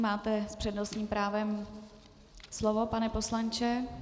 Máte s přednostním právem slovo, pane poslanče.